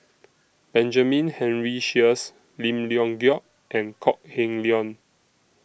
Benjamin Henry Sheares Lim Leong Geok and Kok Heng Leun